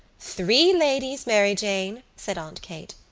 three ladies, mary jane, said aunt kate.